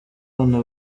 abana